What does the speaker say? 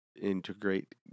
integrate